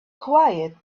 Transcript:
quiet